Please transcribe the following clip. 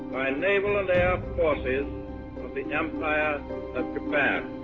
naval and air forces of the empire of japan.